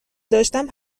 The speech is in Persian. داشتم